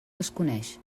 desconeix